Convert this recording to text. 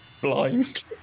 Blind